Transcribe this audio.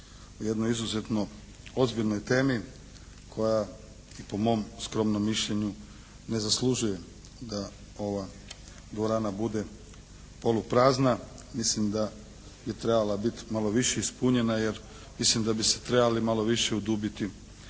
o jedno izuzetno ozbiljnoj temi koja i po mom skromnom mišljenju ne zaslužuje da ova dvorana bude poluprazna. Mislim da bi trebala bit malo više ispunjena jer mislim da bi se trebali malo više udubiti